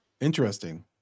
interesting